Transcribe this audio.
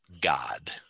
God